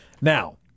Now